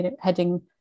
heading